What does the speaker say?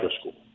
school